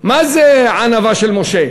מה זה הענווה של משה,